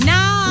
Now